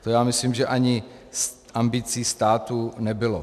To, myslím, že ani ambicí státu nebylo.